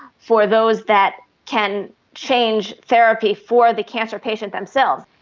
for those that can change therapy for the cancer patients themselves.